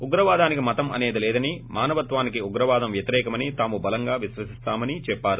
ఉగ్రవాదానికి మతం అనేది లేదని మానవత్యానికి ఉగ్రవాదం వ్యతిరేకమని తాము బలంగా విశ్వసిస్తామమని చెప్పారు